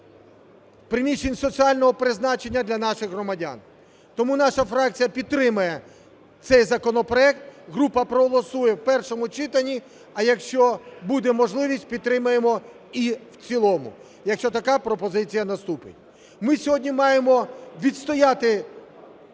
приміщень соціального призначення для наших громадян. Тому наша фракція підтримає цей законопроект. Група проголосує в першому читанні. А якщо буде можливість, підтримаємо і в цілому, якщо така пропозиція наступить. Ми сьогодні маємо відстояти